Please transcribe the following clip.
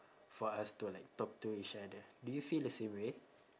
for us to like talk to each other do you feel the same way